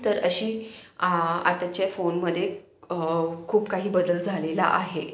तर अशी आताच्या फोनमध्ये खूप काही बदल झालेला आहे